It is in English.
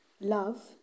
love